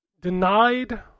denied